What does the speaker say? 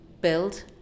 build